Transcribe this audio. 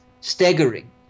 staggering